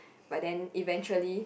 but then eventually